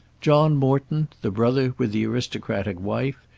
john morton, the brother with the aristocratic wife,